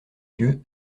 yeux